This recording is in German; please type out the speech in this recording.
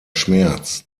schmerz